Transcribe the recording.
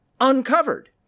uncovered